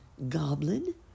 Goblin